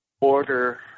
order